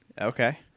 Okay